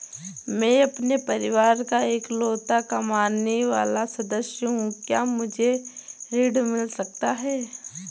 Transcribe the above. मैं अपने परिवार का इकलौता कमाने वाला सदस्य हूँ क्या मुझे ऋण मिल सकता है?